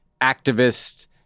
activists